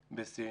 בסין.